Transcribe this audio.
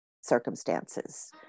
circumstances